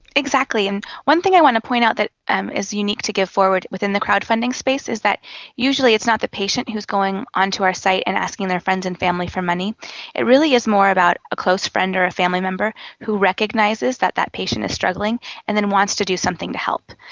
exactly. and one thing i want to point out that um is unique to giveforward within the crowd funding space is that usually it's not the patient who's going on to our site and asking their friends and family for money it really is more about a close friend or a family member who recognises that that patient is struggling and then wants to do something to help.